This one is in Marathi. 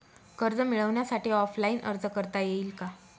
कर्ज मिळण्यासाठी ऑफलाईन अर्ज करता येईल का?